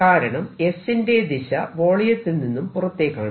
കാരണം s ന്റെ ദിശ വോളിയത്തിൽ നിന്നും പുറത്തേക്കാണ്